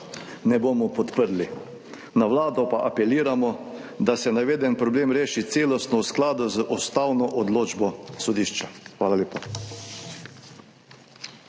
ne bomo podprli. Na Vlado pa apeliramo, da se naveden problem reši celostno, v skladu z ustavno odločbo sodišča. Hvala lepa.